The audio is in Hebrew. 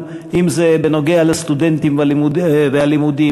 אם זה בנוגע לסטודנטים והלימודים,